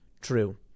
true